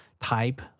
type